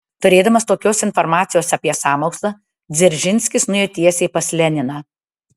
turėdamas tokios informacijos apie sąmokslą dzeržinskis nuėjo tiesiai pas leniną